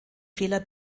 fehler